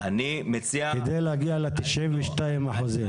כדי להגיע ל-92%?